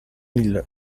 mille